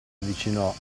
avvicinò